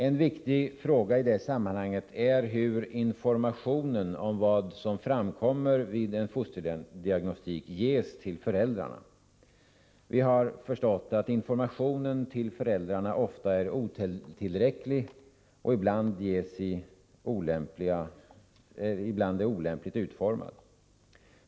En viktig fråga i det sammanhanget är hur informationen om vad som framkommer vid en fosterdiagnostik ges till föräldrarna. Vi har förstått att informationen till föräldrarna ofta är otillräcklig eller olämpligt utformad.